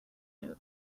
note